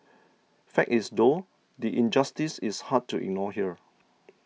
fact is though the injustice is hard to ignore here